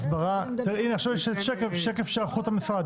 עכשיו יש שקף של היערכות המשרד.